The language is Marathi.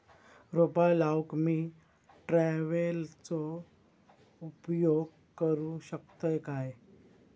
रोपा लाऊक मी ट्रावेलचो उपयोग करू शकतय काय?